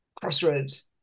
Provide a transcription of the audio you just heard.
Crossroads